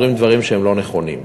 אומרים דברים שהם לא נכונים.